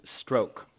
stroke